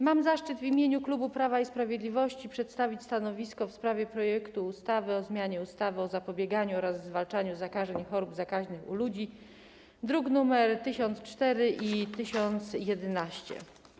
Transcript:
Mam zaszczyt w imieniu klubu Prawa i Sprawiedliwości przedstawić stanowisko w sprawie projektu ustawy o zmianie ustawy o zapobieganiu oraz zwalczaniu zakażeń i chorób zakaźnych u ludzi, druki nr 1004 i 1011.